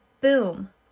Boom